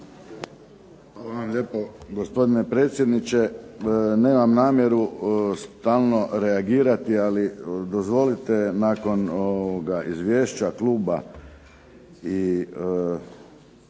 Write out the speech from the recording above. Hvala vam lijepo gospodine predsjedniče. Nemam namjeru stalno reagirati ali dozvolite nakon izvješća kluba i